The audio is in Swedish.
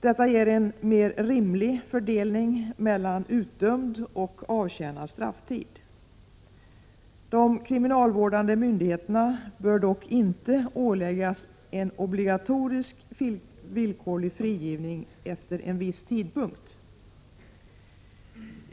Detta ger en mer rimlig fördelning mellan utdömd och avtjänad strafftid. De kriminalvårdande myndigheterna bör dock inte åläggas en obligatorisk villkorlig frigivning efter en viss tidpunkt.